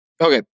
Okay